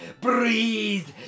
breathe